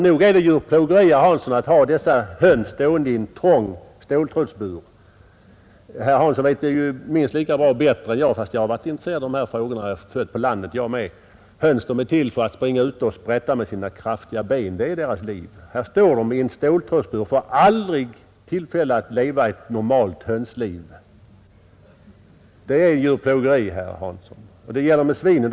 Nog är det djurplågeri, herr Hansson, att ha dessa höns stående i en trång ståltrådsbur. Herr Hansson vet säkert detta minst lika bra som jag, kanske bättre, men jag har varit i konkret mening intresserad av dessa frågor, därför att jag också är född på landet. Höns är lämpade för att springa ute och sprätta med sina kraftiga ben. Det är deras liv. Här står de i en ståltrådsbur. De får aldrig tillfälle att leva ett normalt hönsliv. Det är djurplågeri, herr Hansson.